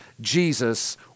Jesus